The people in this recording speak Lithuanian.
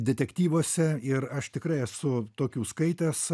detektyvuose ir aš tikrai esu tokių skaitęs